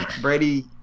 Brady